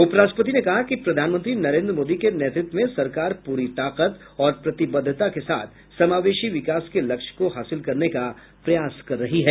उपराष्ट्रपति ने कहा कि प्रधानमंत्री नरेन्द्र मोदी के नेतृत्व में सरकार प्ररी ताकत और प्रतिबद्धता के साथ समावेशी विकास के लक्ष्य को हासिल करने का प्रयास कर रही है